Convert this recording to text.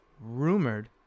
rumored